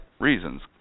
reasons